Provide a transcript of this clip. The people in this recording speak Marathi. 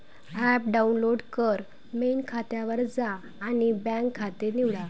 ॲप डाउनलोड कर, मेन खात्यावर जा आणि बँक खाते निवडा